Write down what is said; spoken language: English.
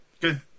good